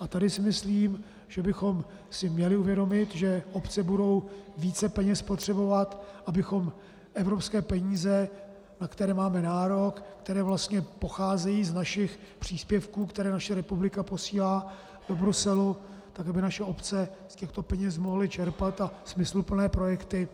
A tady si myslím, že bychom si měli uvědomit, že obce budou více peněz potřebovat, abychom evropské peníze, na které máme nárok, které vlastně pocházejí z našich příspěvků, které naše republika posílá do Bruselu, tak aby naše obce z těchto peněz mohly čerpat a smysluplné projekty